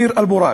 קיר "אל-בוראק".